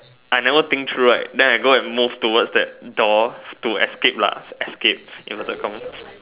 I never think through right then I go and move towards that door to escape lah escape inverted commas